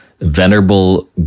Venerable